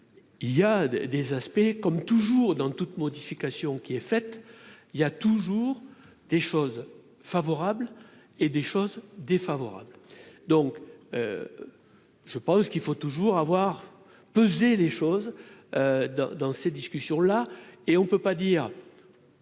il y a des aspects comme toujours dans toute modification qui est faite, il y a toujours des choses favorables et des choses défavorables, donc je pense qu'il faut toujours avoir pesé les choses dans dans ces discussions-là et on ne peut pas dire.